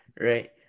Right